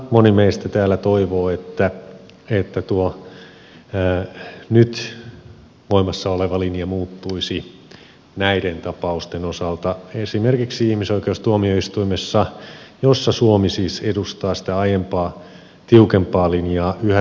moni meistä täällä toivoo että tuo nyt voimassa oleva linja muuttuisi näiden tapausten osalta esimerkiksi ihmisoikeustuomioistuimessa jossa suomi siis edustaa sitä aiempaa tiukempaa linjaa yhä tänäkin päivänä